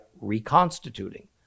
reconstituting